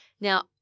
Now